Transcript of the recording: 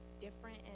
different